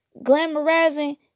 glamorizing